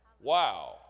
Wow